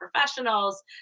professionals